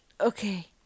Okay